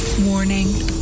Warning